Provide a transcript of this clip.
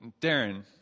Darren